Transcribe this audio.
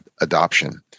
adoption